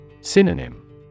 Synonym